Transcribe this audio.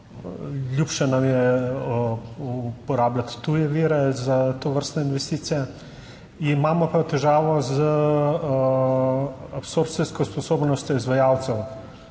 ljubše nam je uporabljati tuje vire za tovrstne investicije. Imamo pa težavo z absorpcijsko sposobnostjo izvajalcev